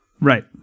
Right